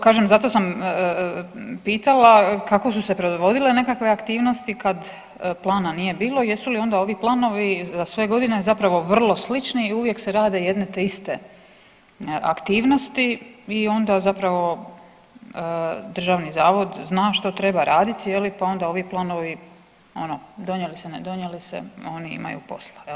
Kažem zato sam pitala kako su se predvodile nekakve aktivnosti kad plana nije, jesu li onda ovi planovi za sve godine zapravo vrlo slični i uvijek se rade jedne te iste aktivnosti i onda zapravo državni zavod zna što treba raditi je li pa onda ovi planovi ono donijeli se ne donijeli se oni imaju posla jel.